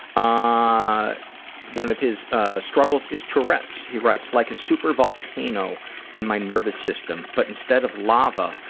ah one of his ah struggles is turrets. he writes like a super volcano in my nervous system but instead of lava,